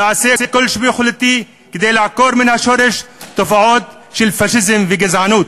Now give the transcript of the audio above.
ואעשה כל שביכולתי כדי לעקור מן השורש תופעות של פאשיזם וגזענות.